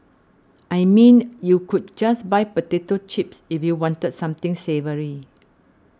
I mean you could just buy potato chips if you wanted something savoury